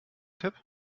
tipp